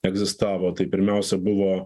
egzistavo tai pirmiausia buvo